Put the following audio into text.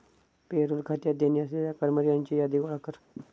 payroll खात्यात देणी असलेल्या कर्मचाऱ्यांची यादी गोळा कर